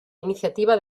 iniciativa